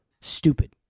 Stupid